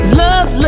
love